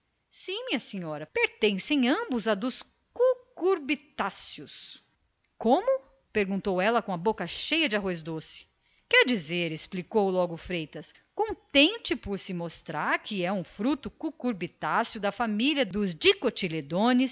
sim minha senhora pertencem ambos à dos cucurbitáceos como perguntou a velha com a boca cheia de arroz doce quer dizer explicou logo o freitas radiante por pilhar uma ocasião de expor os seus conhecimentos quer dizer que é um fruto cucurbitáceo da importante família dos dicotiledôneos